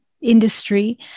industry